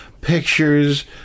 pictures